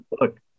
look